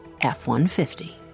F-150